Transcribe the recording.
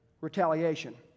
retaliation